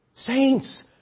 saints